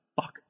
Fuck